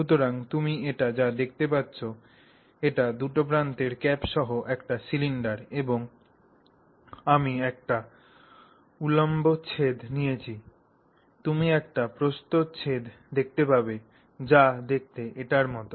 সুতরাং তুমি এটি যা দেখতে পাচ্ছ এটি দুটি প্রান্তের ক্যাপ সহ একটি সিলিন্ডার এবং আমি একটি উল্লম্ব ছেদ নিয়েছি তুমি একটি প্রস্থচ্ছেদ দেখতে পাবে যা দেখতে এটির মতো